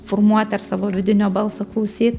formuot ar savo vidinio balso klausyt